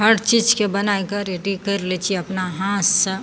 हर चीजके बनायके रेडी करि लै छियै अपना हाथसँ